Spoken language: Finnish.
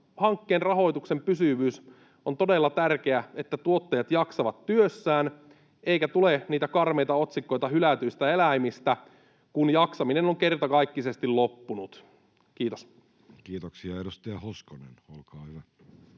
hankkeen rahoituksen pysyvyys on todella tärkeää, että tuottajat jaksavat työssään eikä tule niitä karmeita otsikoita hylätyistä eläimistä, kun jaksaminen on kertakaikkisesti loppunut. — Kiitos. Kiitoksia. — Edustaja Hoskonen, olkaa hyvä.